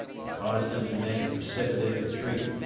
and caused them to make a precipitate retreat.